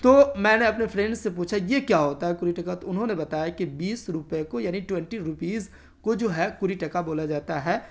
تو میں نے اپنے فرینڈ سے پوچھا یہ کیا ہوتا ہے کوری ٹکا تو انہوں نے بتایا کہ بیس روپئے کو یعنی ٹونٹی روپیز کو جو ہے کوری ٹکا بولا جاتا ہے